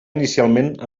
inicialment